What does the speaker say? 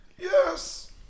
Yes